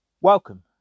Welcome